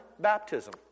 baptism